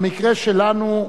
במקרה שלנו,